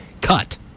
Cut